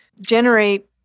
generate